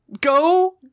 go